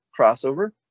crossover